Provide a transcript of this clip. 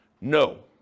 No